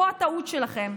ופה הטעות שלכם.